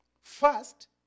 First